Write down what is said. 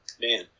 man